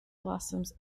blossoms